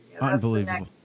Unbelievable